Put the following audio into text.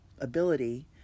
ability